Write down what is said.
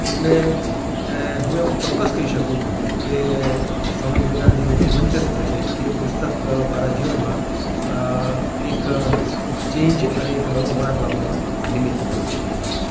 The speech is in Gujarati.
એટલે હું એમ ચોક્કસ કહી શકું કે સ્વામી વિવેકાનંદજીનું જીવન ચરિત્ર છે એ પુસ્તક મારાં જીવનમાં એક ચેન્જ અને એક નવો વળાંક લાવવામાં નિમિત્ત બન્યું છે